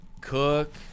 Cook